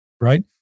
right